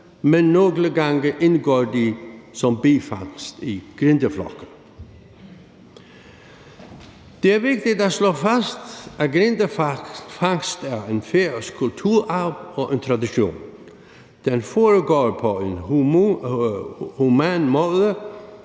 men nogle gange indgår de som bifangst i grindeflokke. Det er vigtigt at slå fast, at grindefangst er en færøsk kulturarv og en tradition. Den foregår på en human måde,